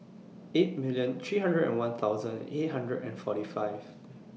eight million three hundred and one thousand eight hundred and forty five